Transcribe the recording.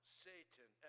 Satan